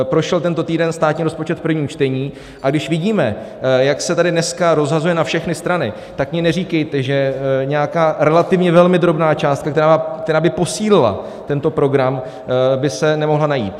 Prošel tento týden státní rozpočet v prvním čtení, a když vidíme, jak se tady dneska rozhazuje na všechny strany, tak mi neříkejte, že nějaká relativně velmi drobná částka, která by posílila tento program, by se nemohla najít.